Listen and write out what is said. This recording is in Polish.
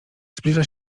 zbliża